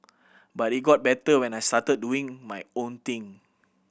but it got better when I started doing my own thing